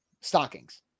stockings